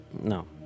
No